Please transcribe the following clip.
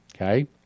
okay